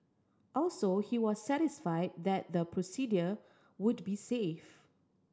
also he was satisfied that the procedure would be safe